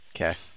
Okay